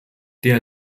der